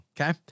Okay